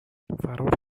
فرار